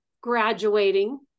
Graduating